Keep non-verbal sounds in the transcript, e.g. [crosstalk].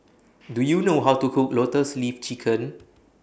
[noise] Do YOU know How to Cook Lotus Leaf Chicken